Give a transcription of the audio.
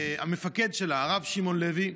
שהמפקד שלה הוא הרב שמעון לוי,